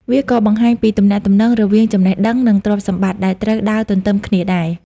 វាក៏បង្ហាញពីទំនាក់ទំនងរវាង ចំណេះដឹង និងទ្រព្យសម្បត្តិ ដែលត្រូវដើរទន្ទឹមគ្នាដែរ។